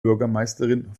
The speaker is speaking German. bürgermeisterin